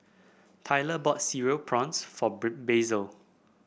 Tylor bought Cereal Prawns for Basil